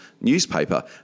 newspaper